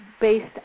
based